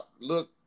look